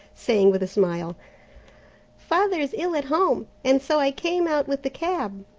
saying with a smile father's ill at home, and so i came out with the cab.